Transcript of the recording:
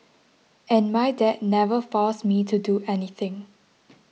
and my dad never forced me to do anything